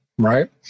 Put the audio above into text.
right